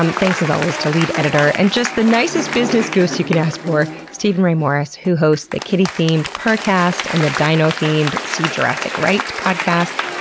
um thanks as always to lead editor and just the nicest business goose you can ask for steven ray morris who hosts the kitty themed purrrcast and the dino-themed see jurassic right podcasts.